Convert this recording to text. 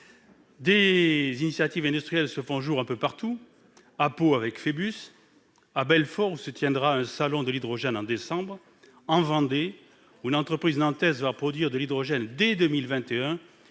Des initiatives industrielles se font jour à Pau avec Fébus, à Belfort, où se tiendra un salon de l'hydrogène en décembre, en Vendée, où une entreprise nantaise produira de l'hydrogène dès 2021,